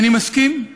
ואני מסכים,